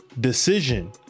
decision